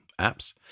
apps